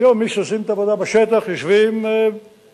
היום מי שעושים את העבודה בשטח יושבים ביציע